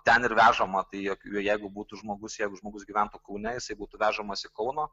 ten ir vežama tai jeigu būtų žmogus jeigu žmogus gyventų kaune jisai būtų vežamas į kauno